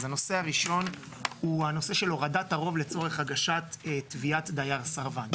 אז הנושא הראשון הוא הנושא של הורדת הרוב לצורך הגשת תביעת דייר סרבן.